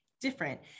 different